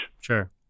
Sure